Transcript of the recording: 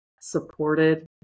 supported